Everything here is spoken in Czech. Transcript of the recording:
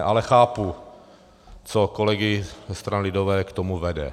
Ale chápu, co kolegy ze strany lidové k tomu vede.